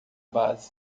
base